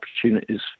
opportunities